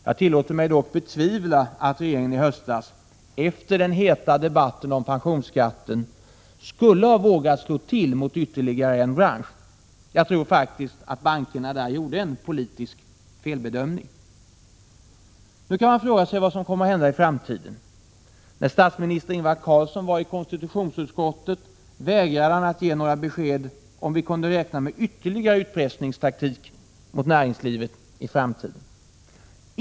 Jag tillåter mig dock betvivla att regeringen i höstas, efter den heta debatten om pensionsskatten, skulle ha vågat slå till mot ytterligare en bransch. Jag tror faktiskt att bankerna där gjorde en politisk felbedömning. Man kan fråga sig vad som kommer att hända i framtiden. När statsminister Ingvar Carlsson befann sig i konstitutionsutskottet, vägrade han att ge några besked om huruvida vi kunde räkna med ytterligare utpressningsförsök mot näringslivet i framtiden.